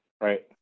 right